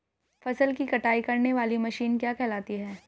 फसल की कटाई करने वाली मशीन कहलाती है?